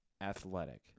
athletic